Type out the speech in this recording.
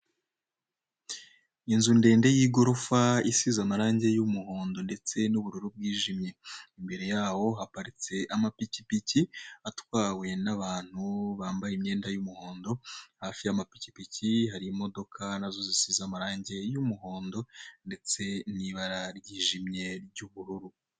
Inzu ndende y'igorofa isize amarange y'umuhondo ndetse n'ubururu bwijimye, imbere yaho haparitse amapikipii atwawe n'abantu, bambaye imyenda y'umuhondo, hafi y'amapikipiki hari imodoka, nazo zisize amabara y'umuhondo ndetse n'ibara ryijimye ry'ubururu.